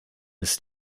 ist